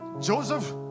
Joseph